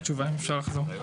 "בתחום אזור נפגע זיהום אוויר".